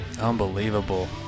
Unbelievable